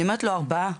אני אומרת לו, ארבעה.